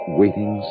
waiting